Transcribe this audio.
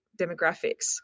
demographics